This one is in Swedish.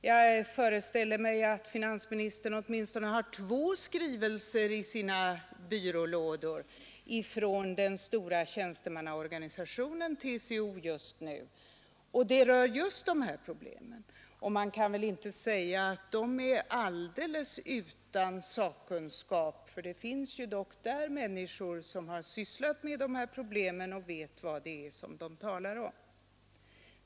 Jag föreställer mig att finansministern just nu har åtminstone två skrivelser i sina byrålådor från den stora tjänstemannaorganisationen TCO. De rör just dessa problem. Och man kan väl inte säga att de är alldeles utan sakkunskap, för där finns ju dock människor som har sysslat med dessa problem och vet vad de talar om.